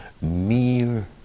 mere